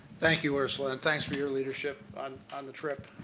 thank you, ursula, and thanks for your leadership on on the trip.